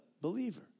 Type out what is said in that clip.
believer